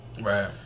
Right